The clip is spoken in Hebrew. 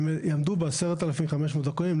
הם יעמדו ב-10,500 דרכונים.